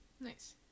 Nice